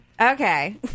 okay